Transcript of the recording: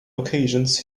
occasions